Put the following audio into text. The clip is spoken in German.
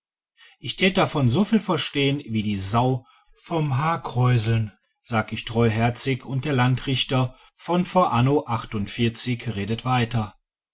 ich tät davon so viel verstehen wie die sau vom haarkräuseln sag ich treuherzig und der landrichter von vor anno achtundvierzig redet weiter